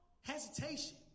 hesitation